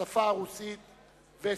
בשפה הרוסית "וסטי".